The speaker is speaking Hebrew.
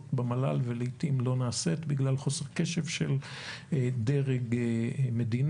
במל"ל ולעתים לא נעשית בגלל חוסר קשב של דרג מדיני,